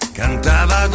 cantava